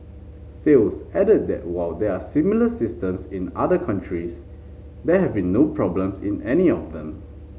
Thales added that while there are similar systems in other countries there have been no problems in any of them